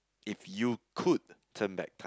if you could turn back time